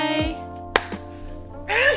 Bye